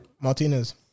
Martinez